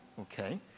okay